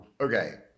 Okay